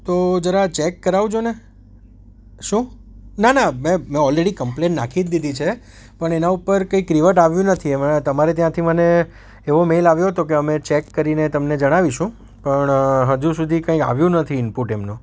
તો જરા ચેક કરાવજો ને શું ના ના મેં મેં ઓલરેડી કમ્પલેન નાખી જ દીધી છે પણ એના ઉપર કંઈક રિવર્ટ આવ્યું નથી એમાં તમારે ત્યાંથી મને એવો મેલ આવ્યો તો કે અમે ચેક કરીને તમને જણાવીશું પણ હજુ સુધી કંઇ આવ્યું નથી ઈનપુટ એમનું